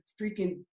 freaking